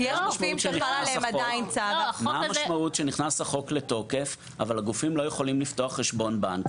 מה המשמעות שנכנס החוק לתוקף אבל הגופים לא יכולים לפתוח חשבון בנק?